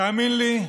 תאמין לי,